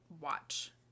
watch